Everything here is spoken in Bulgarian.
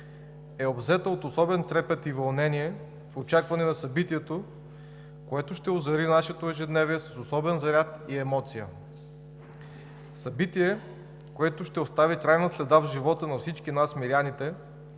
е обзета от особен трепет и вълнение в очакване на събитието, което ще озари нашето ежедневие с особен заряд и емоция – събитие, което ще остави трайна следа в живота на всички нас, миряните,